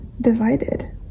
divided